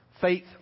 faith